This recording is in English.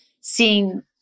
seeing